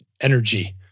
energy